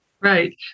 Right